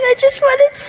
ah just wanted